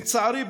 לצערי,